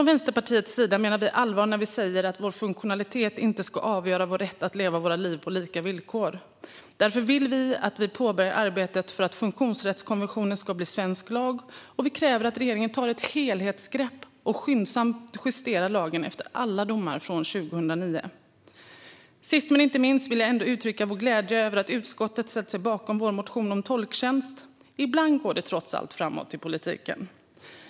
Vänsterpartiet menar allvar med att vår funktionalitet inte ska avgöra vår rätt att leva våra liv på lika villkor. Därför vill vi att arbetet för att funktionsrättskonventionen ska bli svensk lag påbörjas. Vi kräver också att regeringen tar ett helhetsgrepp och skyndsamt justerar lagen efter alla domar sedan 2009. Sist men inte minst vill jag ändå uttrycka vår glädje över att utskottet ställt sig bakom vår motion om tolktjänst. Ibland går det trots allt framåt i politiken.